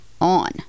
on